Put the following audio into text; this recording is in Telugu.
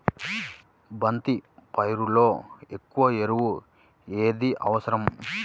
బంతి పైరులో ఎక్కువ ఎరువు ఏది అవసరం?